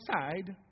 side